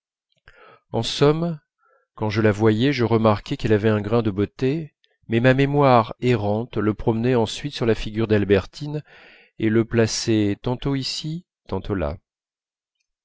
en somme quand je la voyais je remarquais qu'elle avait un grain de beauté mais ma mémoire errante le promenait ensuite sur la figure d'albertine et le plaçait tantôt ici tantôt là